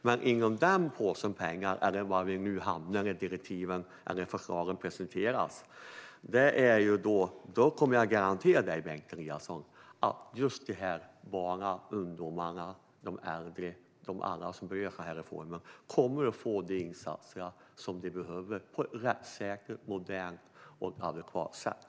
Men när förslagen väl presenteras kan jag garantera dig, Bengt Eliasson, att just dessa barn, unga och äldre som berörs av reformen kommer att få de insatser som de behöver på ett rättssäkert, modernt och adekvat sätt.